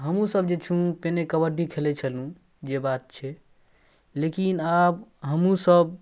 हमहूँसभ जे छी पहिले कबड्डी खेलै छलहुँ जे बात छै लेकिन आब हमहूँसभ